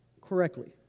correctly